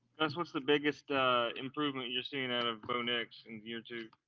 gus what's the biggest improvement you're seeing out of bo nix in year two.